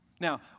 Now